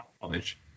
college